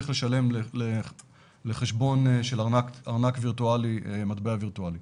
לשלם לחשבון של ארנק וירטואלי מטבע וירטואלי.